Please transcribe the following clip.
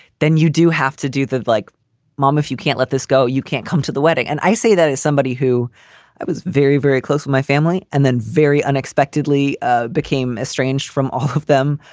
then you do have to do that. like mom, if you can't let this go, you can't come to the wedding. and i say that as somebody who was very, very close to my family and then very unexpectedly ah became estranged from all of them.